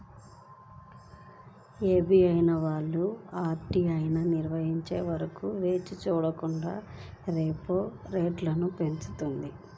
SBI వాళ్ళు RBI నిర్ణయం వరకు వేచి చూడకుండా రెపో రేటును పెంచింది